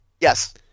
Yes